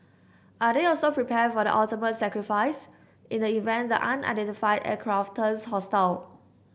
are they also prepared for the ultimate sacrifice in the event the unidentified aircraft turns hostile